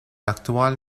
actual